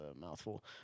mouthful